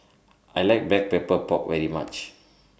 I like Black Pepper Pork very much